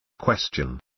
Question